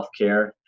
healthcare